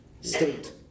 state